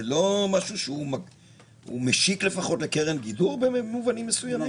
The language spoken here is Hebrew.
זה לא משהו שהוא משיק לפחות לקרן גידור במובנים מסוימים?